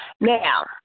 Now